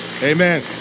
Amen